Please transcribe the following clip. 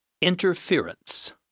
Interference